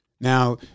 Now